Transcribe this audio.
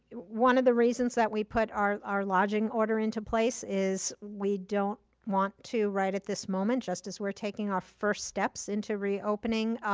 one of the reasons that we put our our lodging order into place is we don't want to right at this moment, just as we're taking our first steps into reopening,